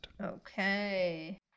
Okay